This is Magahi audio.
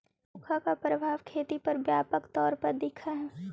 सुखा का प्रभाव खेती पर व्यापक तौर पर दिखअ हई